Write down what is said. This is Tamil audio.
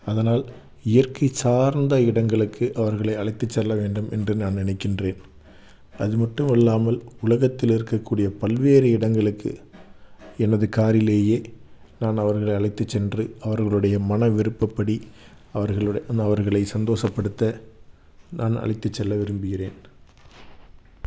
அதனால் இயற்கை சார்ந்த இடங்களுக்கு அவர்களை அழைத்து செல்ல வேண்டும் என்று நான் நினைக்கின்றேன் அது மட்டும் அல்லாமல் உலகத்தில் இருக்க றகூடிய பல்வேறு இடங்களுக்கு எனது காரிலேயே நான் அவர்களை அழைத்து சென்று அவர்களுடைய மனம் விருப்பப்படி அவர்களுடய அவர்களை சந்தோசப்படுத்த நான் அழைத்து செல்ல விரும்புகிறேன்